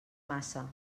massa